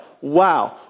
Wow